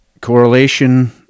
correlation